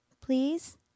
Please